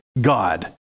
God